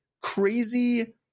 crazy